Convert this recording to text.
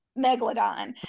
megalodon